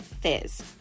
Fizz